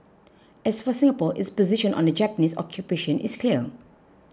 as for Singapore its position on the Japanese occupation is clear